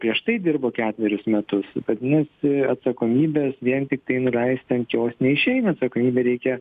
prieš tai dirbo ketverius metus vadinasi atsakomybės vien tiktai nuleisti ant jos neišeina atsakomybę reikia